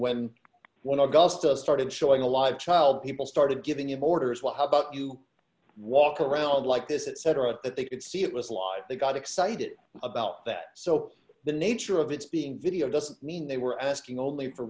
when when augustus started showing a live child people started giving him orders well how about you walk around like this etc that they could see it was like they got excited about that so the nature of its being video doesn't mean they were asking only for